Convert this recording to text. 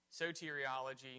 soteriology